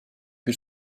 bir